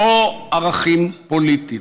לא ערכים פוליטיים,